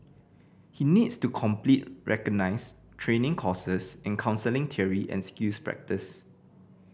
he needs to complete recognised training courses in counselling theory and skills practice